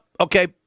okay